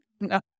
No